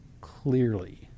clearly